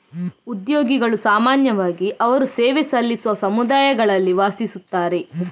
ಉದ್ಯೋಗಿಗಳು ಸಾಮಾನ್ಯವಾಗಿ ಅವರು ಸೇವೆ ಸಲ್ಲಿಸುವ ಸಮುದಾಯಗಳಲ್ಲಿ ವಾಸಿಸುತ್ತಾರೆ